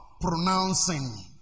pronouncing